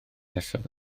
nesaf